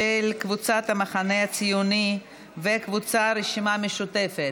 של קבוצת סיעת המחנה הציוני וקבוצת סיעת הרשימה המשותפת,